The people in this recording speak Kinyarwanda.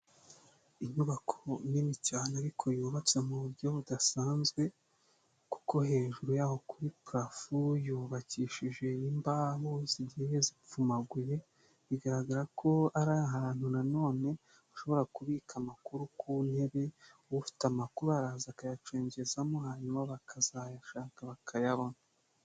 Inyubako nini cyane ariko yubatse mu buryo budasanzwe, kuko hejuru y'aho kuri purafo yubakishije imbaho zigiye zipfumaguye, bigaragara ko ari ahantu nanone ushobora kubika amakuru ku ntebe, ufite amakuruba araza akayacengezamo hanyuma bakazayashaka bakayabona.